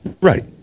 Right